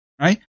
right